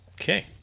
Okay